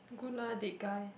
good lah date guy